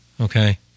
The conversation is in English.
Okay